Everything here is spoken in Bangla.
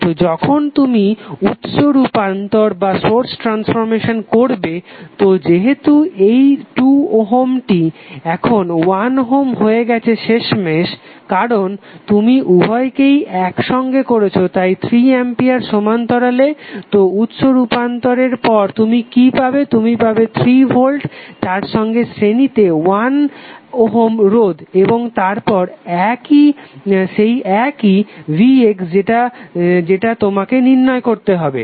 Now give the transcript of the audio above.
তো যখন তুমি উৎস রূপান্তর করবে তো যেহেতু এই 2 ওহমটি এখন 1 ওহম হয়ে গেছে শেষমেশ কারণ তুমি উভয়কেই একসঙ্গে করেছো তাই 3 অ্যাম্পিয়ার সমান্তরালে তো উৎস রূপান্তরের পর তুমি কি পাবে তুমি পাবে 3 ভোল্ট তার সঙ্গে শ্রেণীতে 1 ওহম রোধ এবং তারপর সেই একই vx যেটা তোমাকে নির্ণয় করতে হবে